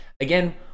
Again